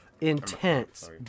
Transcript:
intense